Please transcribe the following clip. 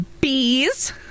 Bees